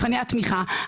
התמיכה,